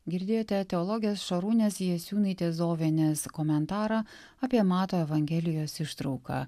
girdėjote teologės šarūnės jasiūnaitės zovienės komentarą apie mato evangelijos ištrauką